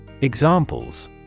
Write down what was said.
Examples